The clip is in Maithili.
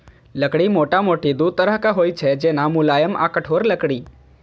लकड़ी मोटामोटी दू तरहक होइ छै, जेना, मुलायम आ कठोर लकड़ी